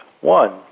One